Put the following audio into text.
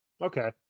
Okay